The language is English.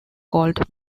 called